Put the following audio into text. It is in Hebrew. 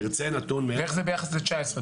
תרצה נתון --- ואיך זה ביחס ל־2019?